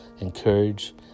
encourage